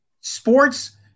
sports